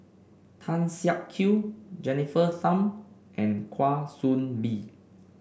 Tan Siak Kew Jennifer Tham and Kwa Soon Bee